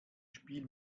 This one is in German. spiel